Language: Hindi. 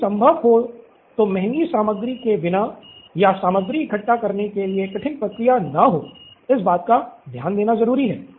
यदि संभव हो तो महंगी सामग्री के बिना या सामग्री इकट्ठा करने के लिए कठिन प्रक्रिया न हो इस बात का ध्यान देना ज़रूरी हैं